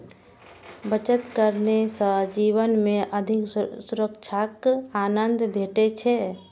बचत करने सं जीवन मे अधिक सुरक्षाक आनंद भेटै छै